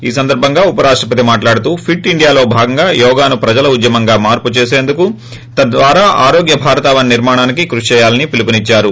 ఈ సందర్బంగా ఉపరాష్టపతి మాట్లాడుతూ ఫిట్ ఇండియాలో భాగంగా యోగాను ప్రజల ఉద్యమంగా మార్పు చేసేందుకు తద్వారా ఆరోగ్య భారతావని నిర్మాణానికి కృషి చేయాలని పిలుపునిచ్చారు